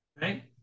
Right